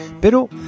pero